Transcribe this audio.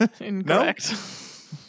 Incorrect